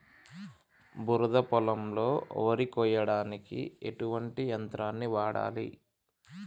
బురద పొలంలో వరి కొయ్యడానికి ఎటువంటి యంత్రాన్ని వాడాలి?